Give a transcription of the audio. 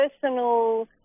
personal